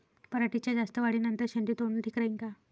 पराटीच्या जास्त वाढी नंतर शेंडे तोडनं ठीक राहीन का?